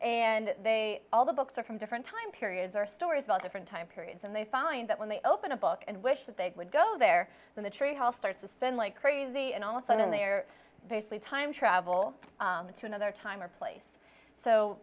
and they all the books are from different time periods or stories about different time periods and they find that when they open a book and wish that they would go there then the treehouse starts to spend like crazy and all of sudden they're basically time travel to another time or place so